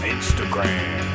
Instagram